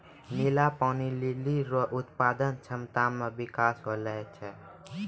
नीला पानी लीली रो उत्पादन क्षमता मे बिकास होलो छै